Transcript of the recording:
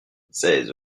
seize